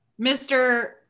Mr